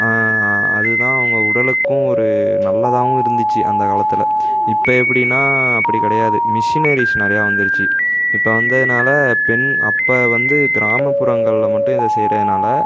அதுதான் அவங்க உடலுக்கும் ஒரு நல்லதாவும் இருந்துச்சு அந்த காலத்தில் இப்போ எப்படினா அப்படி கிடையாது மிஷினரிஸ் நிறையா வந்துருச்சு இப்போ வந்ததுனால பெண் அப்போ வந்து கிராமப்புறங்களில் மட்டும் இதை செய்கிறதுனால